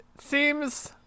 Seems